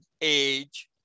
age